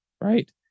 Right